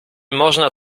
można